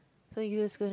so